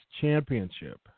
championship